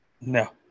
no